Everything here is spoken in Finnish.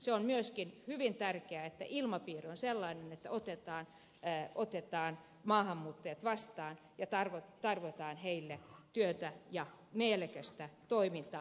se on myöskin hyvin tärkeää että ilmapiiri on sellainen että otetaan maahanmuuttajat vastaan ja tarjotaan heille työtä ja mielekästä toimintaa